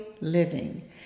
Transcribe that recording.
living